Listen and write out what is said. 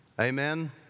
Amen